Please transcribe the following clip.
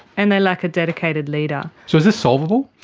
and they lack a dedicated leader. so is this solvable?